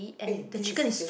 eh this is fifth